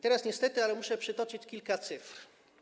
Teraz niestety muszę przytoczyć kilka cyfr.